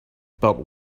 about